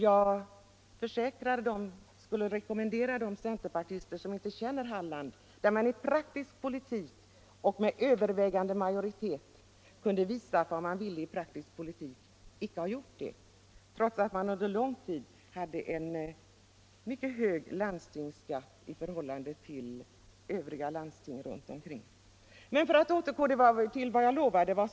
Jag skulle vilja rekommendera de centerpartister som inte känner Halland att se närmare på det länet, där centern med över vägande majoritet skulle ha kunnat visa vad man vill i praktisk politik men inte har gjort det, trots att Halland under lång tid hade en mycket hög landstingsskatt i förhållande till övriga landsting runt omkring. Jag återgår till vad som har hänt.